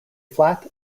flat